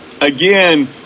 again